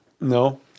no